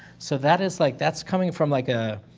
so that is, like, that's coming from, like, a,